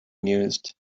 mused